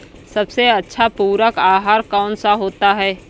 सबसे अच्छा पूरक आहार कौन सा होता है?